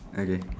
okay